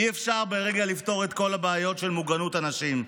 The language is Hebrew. אי-אפשר ברגע לפתור את כל הבעיות של מוגנות נשים,